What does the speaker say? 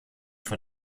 von